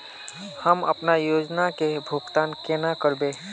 हम अपना योजना के भुगतान केना करबे?